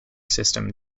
system